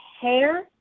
hair